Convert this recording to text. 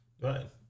Right